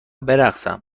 برقصم